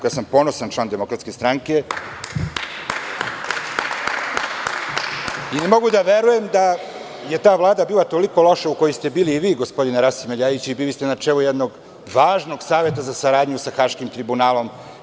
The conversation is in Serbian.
Ja sam ponosan član DS i ne mogu da verujem da je ta Vlada bila toliko loša u kojoj ste bili i vi gospodine Ljajiću i bili ste na čelu jednog važnog Saveta za saradnju sa Haškim tribunalom.